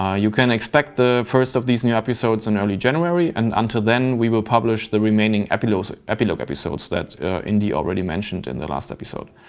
ah you can expect the first of these new episodes in early january and until then we will publish the remaining epilogue epilogue episodes that indy already mentioned in the last episode.